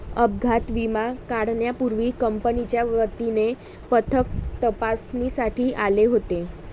अपघात विमा काढण्यापूर्वी कंपनीच्या वतीने पथक तपासणीसाठी आले होते